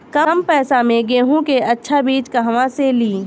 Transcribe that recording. कम पैसा में गेहूं के अच्छा बिज कहवा से ली?